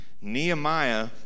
Nehemiah